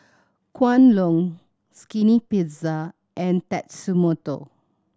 Kwan Loong Skinny Pizza and Tatsumoto